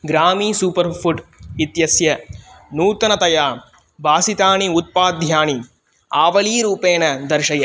ग्रामी super food इत्यस्य नूतनतया भासितानि उत्पाद्यानि आवलीरूपेण दर्शय